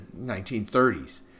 1930s